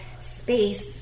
space